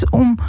om